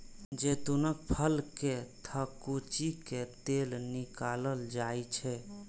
जैतूनक फल कें थकुचि कें तेल निकालल जाइ छै